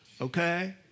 okay